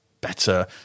better